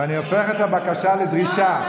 ואני הופך את הבקשה לדרישה,